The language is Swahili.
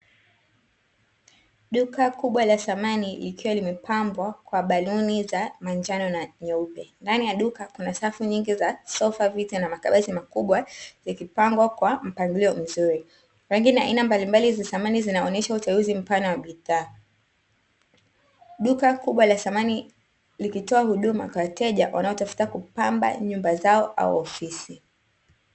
Duka kubwa la samani likiwa limepambwa kwa baluni za manjano na nyeupe. Ndani ya duka kuna safu nyingi za sofa, viti na makabati makubwa, likipangwa kwa mpangilio mzuri. Rangi na aina mbalimbali za samani zinaonesha uteuzi mpana wa bidhaa. Duka kubwa la samani likitoa huduma kwa wateja, wanaotafuta kupamba nyumba zao au ofisi.